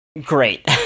great